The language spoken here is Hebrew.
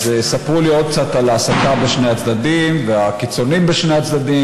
אז ספרו לי עוד קצת על ההסתה בשני הצדדים ועל הקיצונים בשני הצדדים,